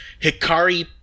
Hikari